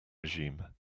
regime